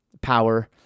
power